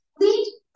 complete